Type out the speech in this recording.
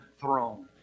throne